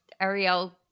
Ariel